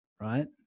Right